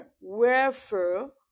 Wherefore